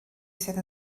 sydd